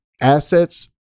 assets